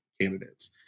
candidates